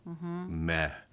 meh